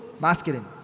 Masculine